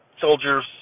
soldiers